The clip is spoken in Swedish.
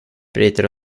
bryter